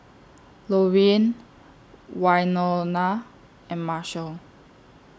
Lorean Wynona and Marshall